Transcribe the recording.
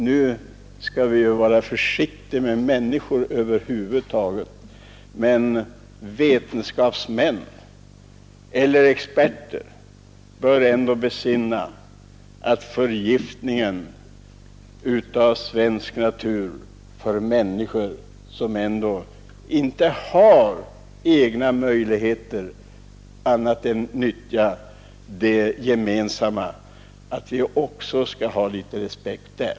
Vi skall naturligtvis vara försiktiga med människor, men vetenskapsmän eller experter bör ändå besinna att man skall ha respekt för vad förgiftningen av svensk natur innebär för människor som inte har andra möjligheter att njuta av denna än att nyttja de gemensamma naturvärden som allemansrätten ger.